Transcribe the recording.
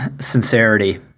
sincerity